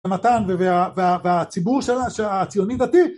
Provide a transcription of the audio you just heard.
ומתן והציבור שלה הציוני דתי